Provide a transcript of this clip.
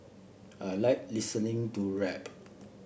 I like listening to rap